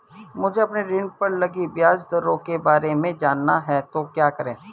मुझे अपने ऋण पर लगी ब्याज दरों के बारे में जानना है तो क्या करें?